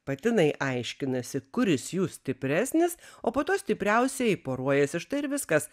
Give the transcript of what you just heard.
patinai aiškinasi kuris jų stipresnis o po to stipriausieji poruojasi štai ir viskas